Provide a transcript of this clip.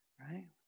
right